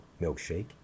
milkshake